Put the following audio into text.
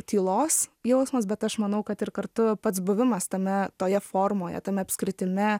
tylos jausmas bet aš manau kad ir kartu pats buvimas tame toje formoje tame apskritime